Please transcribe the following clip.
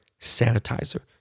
sanitizer